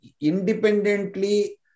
independently